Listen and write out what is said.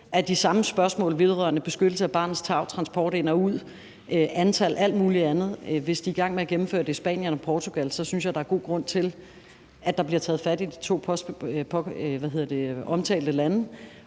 til de samme spørgsmål vedrørende beskyttelse af barnets tarv og transport ind og ud og antal og alt muligt andet. Hvis de er i gang med at gennemføre det i Spanien og Portugal, synes jeg, der er god grund til, at der bliver taget fat i de to omtalte lande,